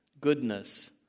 goodness